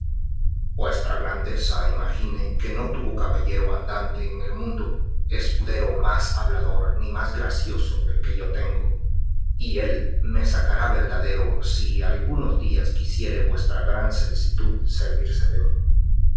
vuestra grandeza imagine que no tuvo caballero andante en el mundo escudero más hablador ni más gracioso del que yo tengo y él me sacará verdadero si algunos días quisiere vuestra gran celsitud servirse de mí